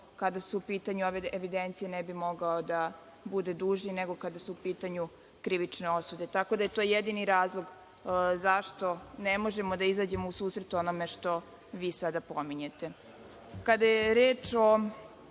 kada su u pitanju evidencije ne bi mogao da bude duži nego kada su u pitanju krivične osude. To je jedini razlog zašto ne možemo da izađemo u susret onome što vi sada pominjete. Kada